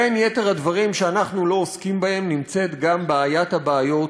בין יתר הדברים שאנחנו לא עוסקים בהם נמצאת גם בעיית הבעיות,